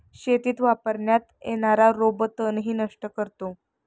शेतीत वापरण्यात येणारा रोबो तणही नष्ट करतो